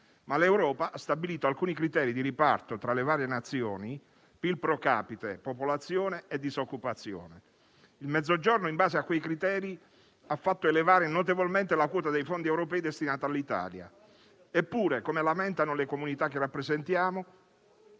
Ma l'Europa ha stabilito alcuni criteri di riparto tra le varie Nazioni (PIL *pro capite*, popolazione e disoccupazione). Il Mezzogiorno, in base a quei criteri, ha fatto elevare notevolmente la quota dei fondi europei destinati all'Italia. Eppure, come lamentano le comunità che rappresentiamo,